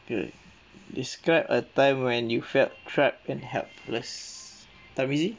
good describe a time when you felt trap and helpless